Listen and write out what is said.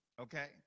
Okay